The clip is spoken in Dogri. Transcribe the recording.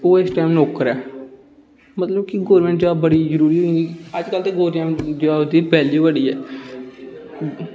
ओह् इस टाइम नौकर ऐ मतलब कि गौरमैंट जॉब बड़ी जरूरी होई गेई अज्ज कल्ल ते गौरमैंट जॉब दी वैल्यू बड़ी ऐ